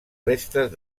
restes